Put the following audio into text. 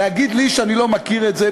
להגיד לי שאני לא מכיר את זה,